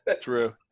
True